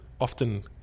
often